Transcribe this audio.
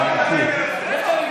להמשיך.